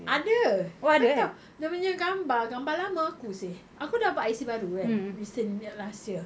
ada kau tahu dia punya gambar gambar lama aku seh aku dapat I_C baru kan recent last year